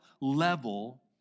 level